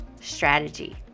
strategy